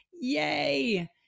Yay